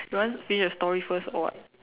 you want finish the story first or what